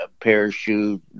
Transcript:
parachute